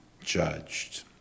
judged